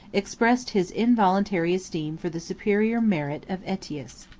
expressed his involuntary esteem for the superior merit of aetius.